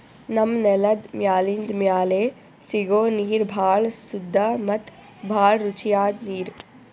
ನಮ್ಮ್ ನೆಲದ್ ಮ್ಯಾಲಿಂದ್ ಮ್ಯಾಲೆ ಸಿಗೋ ನೀರ್ ಭಾಳ್ ಸುದ್ದ ಮತ್ತ್ ಭಾಳ್ ರುಚಿಯಾದ್ ನೀರ್